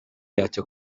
yacyo